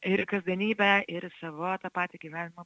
ir į kasdienybę ir į savo tą patį gyvenimo